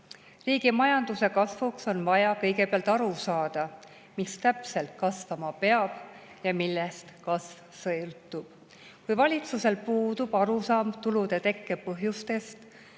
Riigi majanduse kasvuks on vaja kõigepealt aru saada, mis täpselt kasvama peab ja millest kasv sõltub. Kui valitsusel puudub arusaam tulude tekke põhjustest,